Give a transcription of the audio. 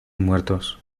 muertos